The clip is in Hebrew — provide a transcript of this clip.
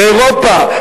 באירופה,